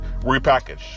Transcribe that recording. repackaged